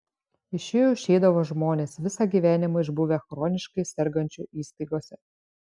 iš jų išeidavo žmonės visą gyvenimą išbuvę chroniškai sergančių įstaigose